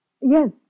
Yes